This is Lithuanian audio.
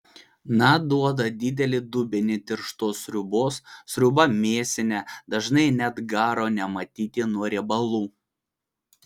na duoda didelį dubenį tirštos sriubos sriuba mėsinė dažnai net garo nematyti nuo riebalų